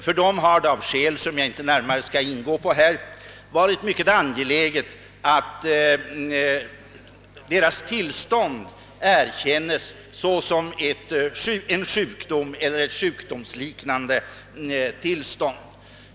För dem har det av skäl som jag inte närmare skall gå in på varit mycket angeläget att deras tillstånd erkänts som en sjukdom eller ett sjukdomsliknande tillstånd.